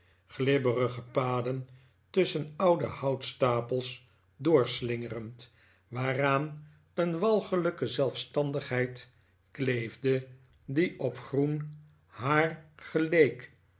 glibberige paden tusschen oude houtstapels doorslingerend waaraan een walgelijke zelfstandigheid kleefde die op groen haar geleek